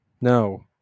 No